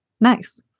Nice